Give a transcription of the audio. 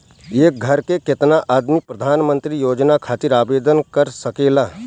एक घर के केतना आदमी प्रधानमंत्री योजना खातिर आवेदन कर सकेला?